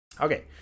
Okay